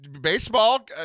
Baseball